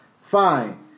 fine